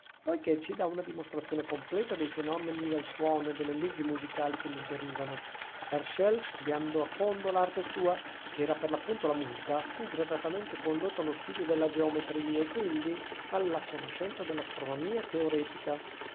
poichè ci dà una dimostrazione completa dei fenomeni del suono e delle leggi musicali che ne derivano herschel studiando a fondo l'arte sua che era per l'appunto la musica fu gradatamente condotto allo studio della geometria e quindi alla conoscenza dell'astronomia teoretica